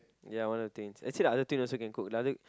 ya I'm one of the twins actually the other twin also can cook lah